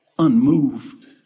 unmoved